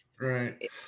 Right